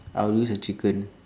I will use the chicken